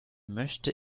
möchte